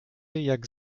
jak